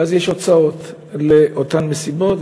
ואז יש הוצאות לאותן מסיבות.